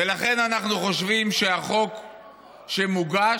ולכן אנחנו חושבים שהחוק שמוגש,